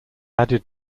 added